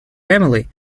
family